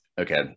okay